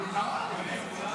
אבל מותר לו לדבר.